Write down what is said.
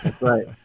Right